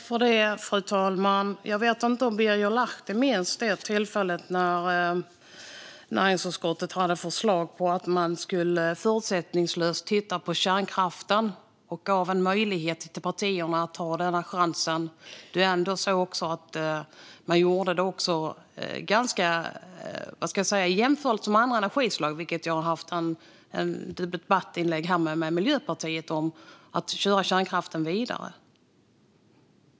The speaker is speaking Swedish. Fru talman! Jag vet inte om Birger Lahti minns tillfället när näringsutskottet hade ett förslag om att förutsättningslöst titta på kärnkraften och gav möjlighet till partierna att ta denna chans. Det gjordes också en jämförelse mellan andra energislag, vilket jag haft en debatt med Miljöpartiet om, och att köra kärnkraften vidare.